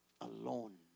alone